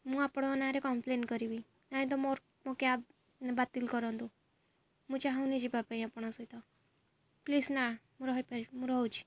ମୁଁ ଆପଣଙ୍କ ନାଁରେ କମ୍ପ୍ଲେନ କରିବି ନାଇଁ ତ ମୋର ମୋ କ୍ୟାବ ବାତିଲ କରନ୍ତୁ ମୁଁ ଚାହୁଁନି ଯିବା ପାଇଁ ଆପଣଙ୍କ ସହିତ ପ୍ଲିଜ ନା ମୁଁ ରହିପାରିବି ମୁଁ ରହୁଛି